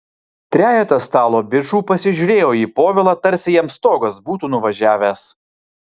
trejetas stalo bičų pasižiūrėjo į povilą tarsi jam stogas būtų nuvažiavęs